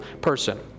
person